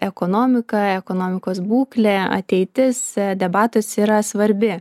ekonomika ekonomikos būklė ateitis debatuose yra svarbi